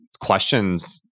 questions